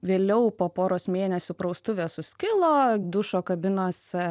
vėliau po poros mėnesių praustuvė suskilo dušo kabinos